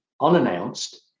unannounced